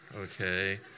okay